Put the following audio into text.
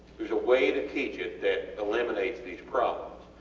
theres a way to teach it that eliminates these problems.